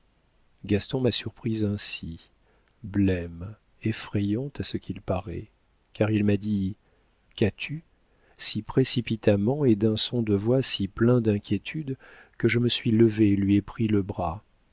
gaston m'a surprise ainsi blême effrayante à ce qu'il paraît car il m'a dit qu'as-tu si précipitamment et d'un son de voix si plein d'inquiétude que je me suis levée et lui ai pris le bras